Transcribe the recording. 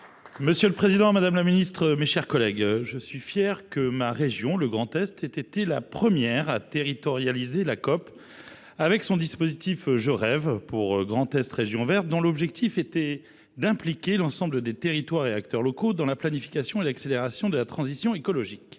Cédric Chevalier. Madame la ministre, je suis fier que ma région, le Grand Est, ait été la première à territorialiser la COP, avec son dispositif Grand Est Région Verte, dont l’objectif était d’impliquer l’ensemble des territoires et acteurs locaux dans la planification et l’accélération de la transition écologique.